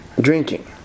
drinking